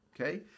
okay